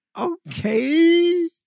okay